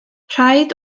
rhaid